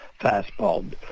fastball